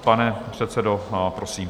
Pane předsedo, prosím.